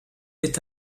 est